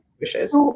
wishes